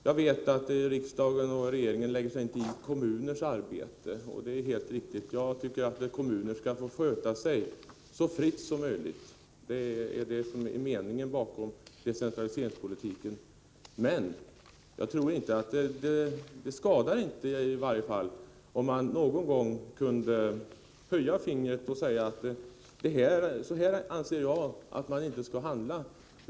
Jag vet att riksdag och regering inte lägger sig i kommunernas arbete — och det är helt riktigt. Jag tycker att kommunerna skall få sköta sig så fritt som möjligt. Det är meningen bakom decentraliseringspolitiken. Men det skadari varje fall inte om man någon gång kunde höja fingret och säga: Så här anser jag att man inte skall handla.